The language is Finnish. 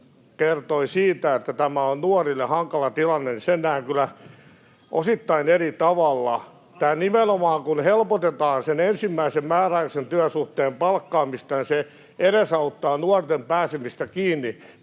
kertoi siitä, että tämä on nuorille hankala tilanne, niin sen näen kyllä osittain eri tavalla. Nimenomaan, kun helpotetaan sen ensimmäisen määräaikaisen työsuhteen palkkaamista, se edesauttaa nuorten pääsemistä kiinni